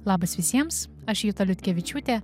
labas visiems aš juta liutkevičiūtė